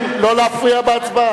נגד